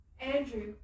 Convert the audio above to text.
Andrew